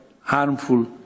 harmful